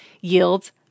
yields